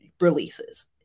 releases